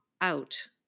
out